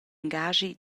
engaschi